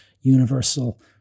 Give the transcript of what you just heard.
universal